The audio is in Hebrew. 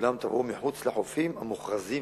כולם טבעו מחוץ לחופים המוכרזים,